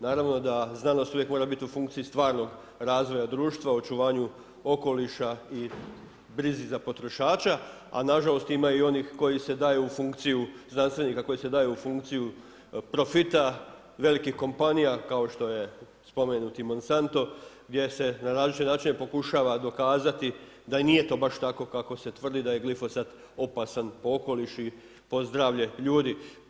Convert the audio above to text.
Naravno znanost uvijek mora biti u funkciji stvarnog razvoja društva, očuvanju okoliša i brizi za potrošača a nažalost ima i onih koji se daju u funkciju znanstveniku, koji se daju u funkciju profita, velikih kompanija kao što je spomenuto Monsanto gdje se na različite načine pokušava dokazati da i nije to baš tako kako se tvrdi, da je glifosat opasan po okoliš i po zdravlje ljudi.